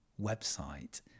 website